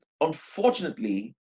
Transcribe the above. unfortunately